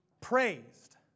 praised